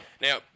Now